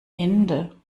ende